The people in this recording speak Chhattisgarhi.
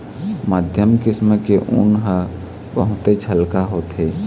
मध्यम किसम के ऊन ह बहुतेच हल्का होथे